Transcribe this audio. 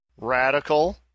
Radical